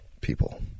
people